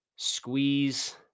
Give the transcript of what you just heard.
Squeeze